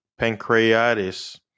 pancreatitis